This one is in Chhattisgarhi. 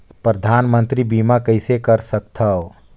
परधानमंतरी बीमा कइसे कर सकथव?